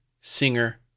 singer